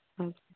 ᱟᱪᱪᱷᱟ